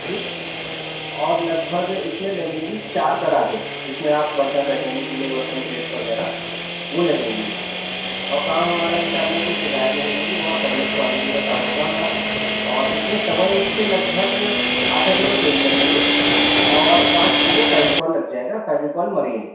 ٹھیک اور لگ بھگ اس میں لگیں گی چار درازیں جس میں آپ برتن رکھیں گے گیلے برتن پلیٹس وغیرہ وہ لگیں گی اس میں اور کام ہمارا ان شاء اللہ کوئی شکایت نہیں ملے گی بہت فرنیش کوالیٹی کا کام ہوگا ہمارا اور اس میں سوا انچ کے لگ بھگ آدھا کیلو پینچ لگیں گے اور پانچ کیلو فیویکول لگ جائے گا فیویکول مرین